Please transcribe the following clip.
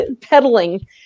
peddling